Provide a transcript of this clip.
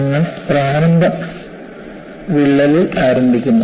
നിങ്ങൾ പ്രാരംഭ വിള്ളലിൽ ആരംഭിക്കുന്നു